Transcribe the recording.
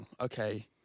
okay